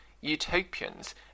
utopians